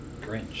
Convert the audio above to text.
Grinch